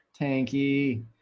Tanky